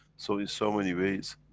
so, in so many ways,